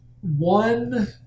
one